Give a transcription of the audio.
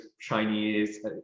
Chinese